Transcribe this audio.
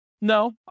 No